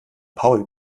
paul